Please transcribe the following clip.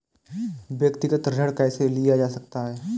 व्यक्तिगत ऋण कैसे लिया जा सकता है?